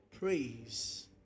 praise